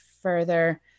further